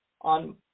on